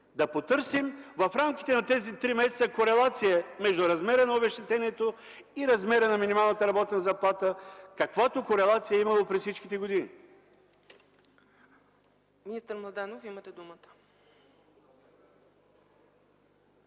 Да потърсим в рамките на тези три месеца корелация между размера на обезщетението и размера на минималната работна заплата, каквато корелация е имало през всичките години. ПРЕДСЕДАТЕЛ ЦЕЦКА ЦАЧЕВА: Министър Младенов, имате думата.